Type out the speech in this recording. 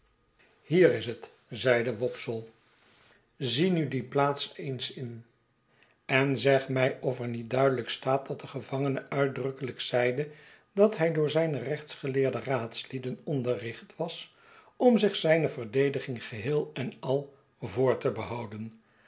hier is het zeide wopsle zie nu die plaats eens in en zeg mij of er niet duidelijk staat dat de gevangene uitdrukkelijk zeide dat hij door zijne rechtsgeleerde raadslieden onderricht was om zich zijne verdediging geheel en ai voor te behouden